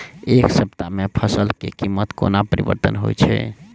एक सप्ताह मे फसल केँ कीमत कोना परिवर्तन होइ छै?